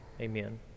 amen